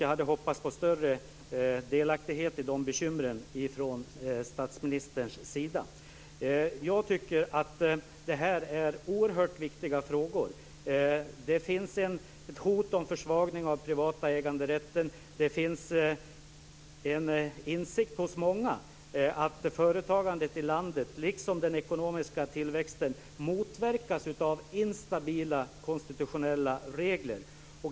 Jag hade hoppats på större delaktighet i de bekymren från statsministerns sida. Jag tycker att det här är oerhört viktiga frågor. Det finns ett hot om försvagning av den privata äganderätten. Det finns en insikt hos många att företagandet i landet, liksom den ekonomiska tillväxten, motverkas av instabila konstitutionella regler.